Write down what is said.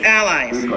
allies